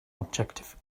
objective